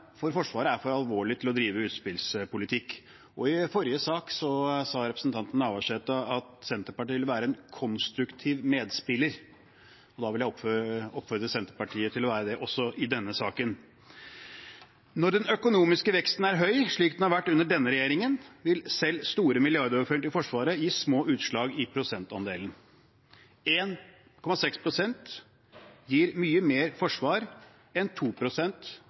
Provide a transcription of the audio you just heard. for Forsvaret er for alvorlig til å drive utspillspolitikk. I forrige sak sa representanten Navarsete at Senterpartiet ville være en konstruktiv medspiller. Da vil jeg oppfordre Senterpartiet til å være det også i denne saken. Når den økonomiske veksten er høy, slik den har vært under denne regjeringen, vil selv store milliardoverføringer til Forsvaret gi små utslag i prosentandelen. 1,6 pst. av mye gir mye mer forsvar enn